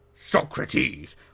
Socrates